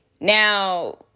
Now